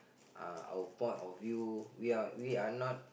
uh our point of view we are we are not